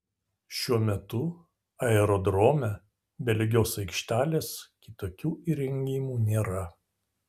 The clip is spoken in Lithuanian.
šiuo metu aerodrome be lygios aikštelės kitokių įrengimų nėra